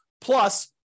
plus